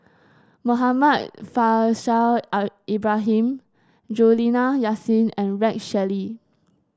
Muhammad Faishal Ibrahim Juliana Yasin and Rex Shelley